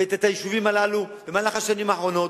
ואת היישובים הללו במהלך השנים האחרונות,